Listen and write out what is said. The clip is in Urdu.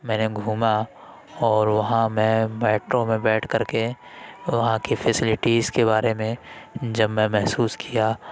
میں نے گھوما اور وہاں میں میٹرو میں بیٹھ کر کے وہاں کی فیسلٹیز کے بارے میں جب میں محسوس کیا